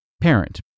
Parent